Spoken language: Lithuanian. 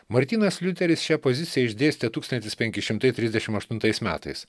martynas liuteris šią poziciją išdėstė tūkstantis penki šimtai trisdešimt aštuntais metais